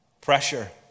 Pressure